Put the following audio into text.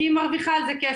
כי היא מרוויחה על זה כסף.